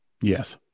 Yes